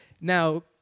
Now